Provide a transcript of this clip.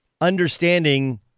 understanding